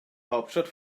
hauptstadt